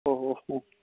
ഓ ഓ ഓ